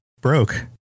broke